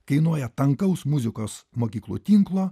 kainuoja tankaus muzikos mokyklų tinklo